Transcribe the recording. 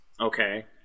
Okay